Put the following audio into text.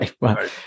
right